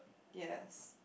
yes